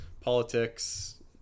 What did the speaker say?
politics